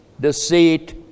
deceit